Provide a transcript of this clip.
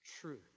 truth